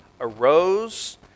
arose